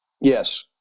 Yes